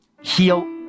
heal